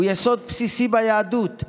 הוא יסוד בסיסי ביהדות,